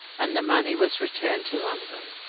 and the money was returned to london.